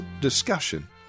discussion